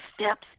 steps